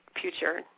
future